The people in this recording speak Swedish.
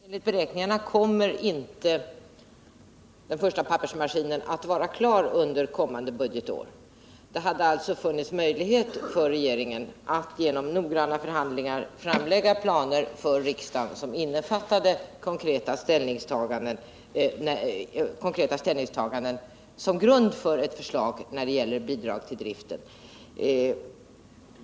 Herr talman! Jag skall fatta mig kort. Enligt beräkningarna kommer den första pappersmaskinen inte att vara klar under kommande budgetår. Det hade alltså funnits möjlighet för regeringen att genom noggranna förhandlingar komma fram till och förelägga riksdagen planer, som innefattade konkreta ställningstaganden som grund för ett förslag i fråga om bidrag till driften.